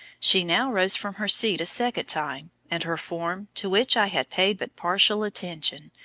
she now rose from her seat a second time, and her form, to which i had paid but partial attention,